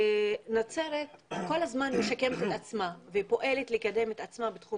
נצרת כל הזמן משקמת את עצמה ופועלת לקדם את עצמה בתחום